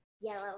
yellow